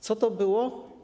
Co to było?